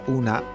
una